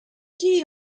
qui